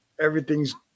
everything's